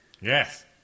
Yes